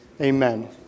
Amen